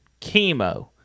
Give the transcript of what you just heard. chemo